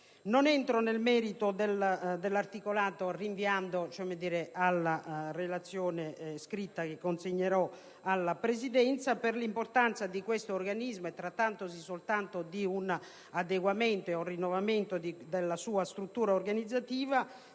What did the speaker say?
Non entro nel merito dell'articolato, rinviando alla relazione scritta che consegnerò alla Presidenza. Per l'importanza di questo organismo e trattandosi soltanto di un adeguamento e di un rinnovamento della sua struttura organizzativa,